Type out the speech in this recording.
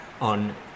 on